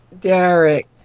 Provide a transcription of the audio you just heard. Derek